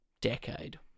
decade